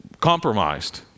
compromised